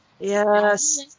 Yes